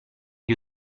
gli